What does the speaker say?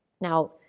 Now